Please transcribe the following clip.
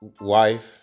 wife